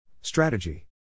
Strategy